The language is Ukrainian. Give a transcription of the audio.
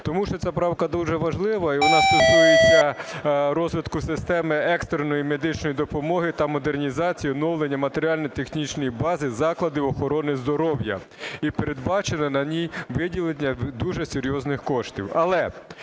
Тому що ця правка дуже важлива і вона стосується розвитку системи екстреної медичної допомоги та модернізації, оновлення матеріально-технічної бази, закладів охорони здоров'я і передбачено на ній виділення дуже серйозних коштів.